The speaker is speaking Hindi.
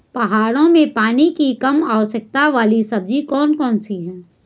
पहाड़ों में पानी की कम आवश्यकता वाली सब्जी कौन कौन सी हैं?